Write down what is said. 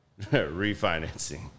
refinancing